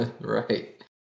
Right